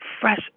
fresh